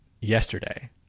yesterday